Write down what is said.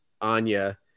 Anya